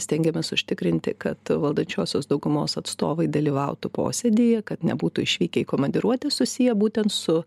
stengiamės užtikrinti kad valdančiosios daugumos atstovai dalyvautų posėdyje kad nebūtų išvykę į komandiruotę susiję būtent su